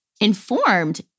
informed